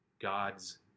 God's